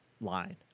line